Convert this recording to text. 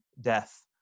death